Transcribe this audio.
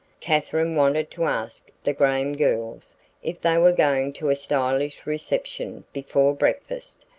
katherine wanted to ask the graham girls if they were going to a stylish reception before breakfast,